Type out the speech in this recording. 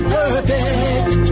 perfect